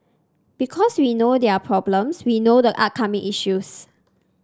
because we know their problems we know the upcoming issues